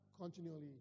continually